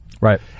Right